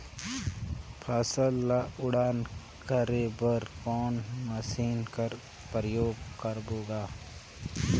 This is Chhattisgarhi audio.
फसल ल उड़ान करे बर कोन मशीन कर प्रयोग करबो ग?